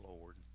lord